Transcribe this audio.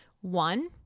One